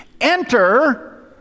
Enter